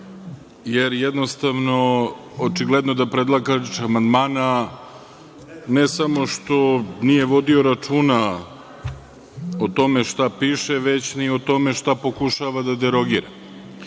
jer jednostavno, očigledno da predlagač amandmana, ne samo što nije vodio računa o tome šta piše, već ni o tome šta pokušava da derogira